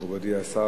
מכובדי השר,